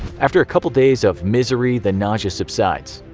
after a couple of days of misery, the nausea subsides.